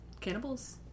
Cannibals